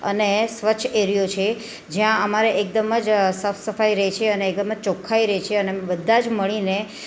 અને સ્વચ્છ એરિયો છે જ્યાં અમારે એકદમ જ સાફ સફાઇ રહે છે અને એકદમ જ ચોખ્ખાઈ રહે છે અને અમે બધા જ મળીને